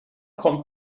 kommt